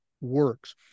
works